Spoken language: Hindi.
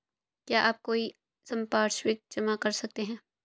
क्या आप कोई संपार्श्विक जमा कर सकते हैं?